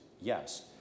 yes